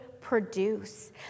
produce